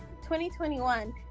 2021